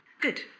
Good